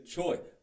Choice